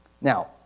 Now